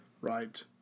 Right